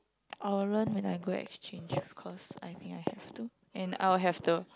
I will run when I go exchange of course I think I have to and I will have the